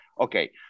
Okay